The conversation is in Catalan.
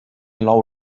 nou